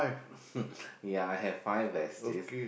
yeah I have five besties